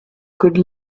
could